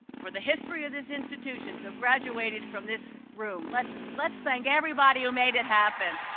for the history of this institution to have graduated from this room. let's let's thank everybody who made it happen.